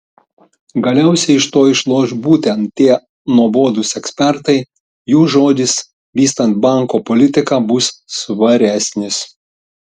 galiausiai iš to išloš būtent tie nuobodūs ekspertai jų žodis vystant banko politiką bus svaresnis